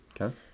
Okay